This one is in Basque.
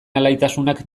alaitasunak